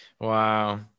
Wow